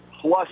plus